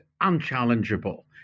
unchallengeable